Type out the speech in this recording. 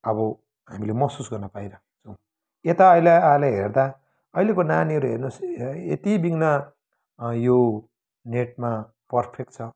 अब हामीले महसुस गर्न पाइराखेका छौँ यता अहिले आएर अहिलेका नानीहरू हेर्नुहोस् यति बिघ्न यो नेटमा पर्फेक्ट छ